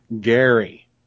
Gary